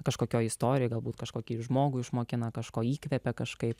kažkokioj istorijoj galbūt kažkokį žmogų išmokina kažko įkvepia kažkaip